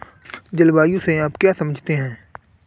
जलवायु से आप क्या समझते हैं?